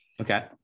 Okay